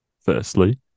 firstly